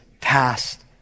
past